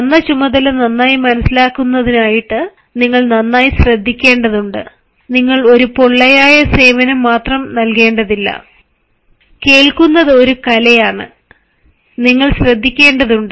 തന്ന ചുമതല നന്നായി മനസ്സിലാക്കുന്നതിനായിട്ട് നിങ്ങൾ നന്നായി ശ്രദ്ധിക്കേണ്ടതുണ്ട് നിങ്ങൾ ഒരു പൊള്ളയായ സേവനം മാത്രം നൽകേണ്ടതില്ല കേൾക്കുന്നത് ഒരു കലയാണെന്ന് നിങ്ങൾ ശ്രദ്ധിക്കേണ്ടതുണ്ട്